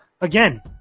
again